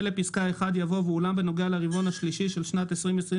"לפסקה 1" יבוא "ואולם בנוגע לרבעון השלישי של שנת 2021,